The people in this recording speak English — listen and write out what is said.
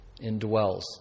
indwells